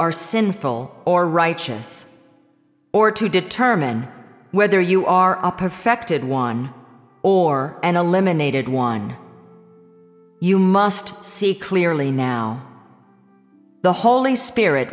are sinful or righteous or to determine whether you are up perfected one or and eliminated one you must see clearly now the holy spirit